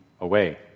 away